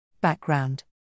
Background